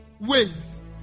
ways